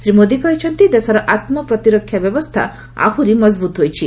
ଶ୍ରୀ ମୋଦି କହିଛନ୍ତି ଦେଶର ଆତ୍ମପ୍ରତିରକ୍ଷା ବ୍ୟବସ୍ଥା ଆହୁରି ମଜବୁତ୍ ହୋଇଛି